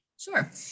Sure